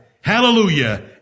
Hallelujah